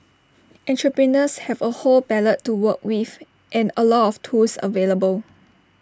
entrepreneurs have A whole palette to work with and A lot of tools available